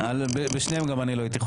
כי באופן ספציפי,